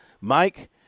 Mike